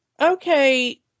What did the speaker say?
okay